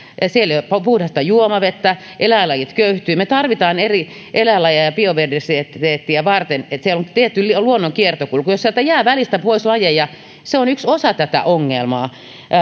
siellä ei ole puhdasta juomavettä eläinlajit köyhtyvät me tarvitsemme eri eläinlajeja biodiversiteettiä varten niin että siellä on tietty luonnon kiertokulku jos sieltä jää välistä pois lajeja se on yksi osa tätä ongelmaa